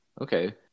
Okay